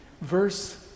Verse